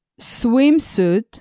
Swimsuit